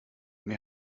wir